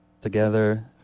together